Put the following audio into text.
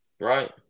Right